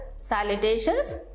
salutations